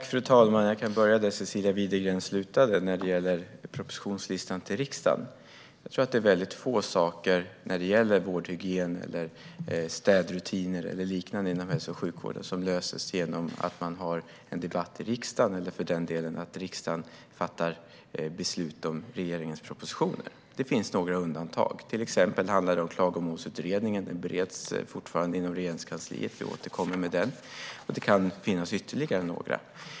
Fru talman! Jag kan börja där Cecilia Widegren slutade, med propositionslistan till riksdagen. Jag tror att det är få saker som gäller vårdhygien, städrutiner eller liknande inom hälso och sjukvården som löses genom att man har en debatt i riksdagen eller för den delen genom att riksdagen fattar beslut om regeringens propositioner. Det finns några undantag. Exempelvis bereds Klagomålsutredningen fortfarande vid Regeringskansliet; vi återkommer med den. Det kan finnas ytterligare några.